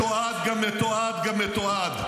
מתועד גם מתועד גם מתועד.